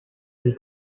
del